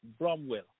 Bromwell